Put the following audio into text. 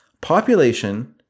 population